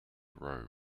row